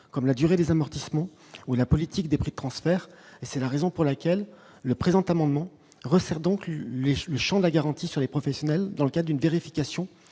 comme la durée des amortissements ou la politique des prix de transfert et c'est la raison pour laquelle le présent amendement refaire donc les juges la garantie sur les professionnels, dans le cas d'une vérification